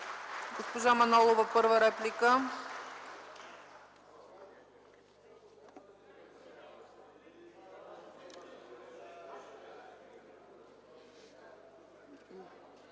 Госпожа Манолова – първа реплика.